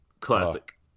classic